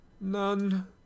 None